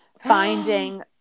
finding